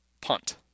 Punt